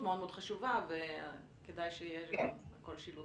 מאוד מאוד חשובה וכדאי שיהיה כל שילוט.